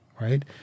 right